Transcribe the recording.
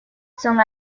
son